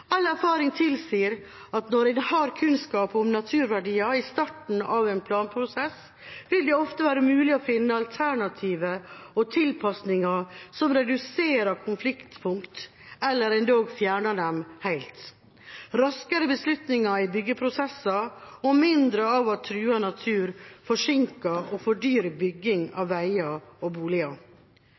all erfaring tilsier at når en har kunnskap om naturverdier i starten av en planprosess, vil det ofte være mulig å finne alternativer og tilpasninger som reduserer konfliktpunkt, eller endog fjerner dem helt – raskere beslutninger i byggeprosesser og mindre av at trua natur forsinker og fordyrer bygging av veier og boliger.